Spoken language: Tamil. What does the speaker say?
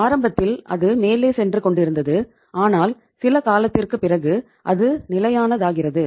ஆரம்பத்தில் அது மேலே சென்று கொண்டிருந்தது ஆனால் சில காலத்திற்குப் பிறகு அது நிலையானதாகிறது